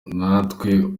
ntawe